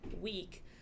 week